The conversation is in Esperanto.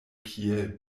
kiel